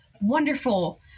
wonderful